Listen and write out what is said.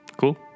Cool